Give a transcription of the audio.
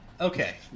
Okay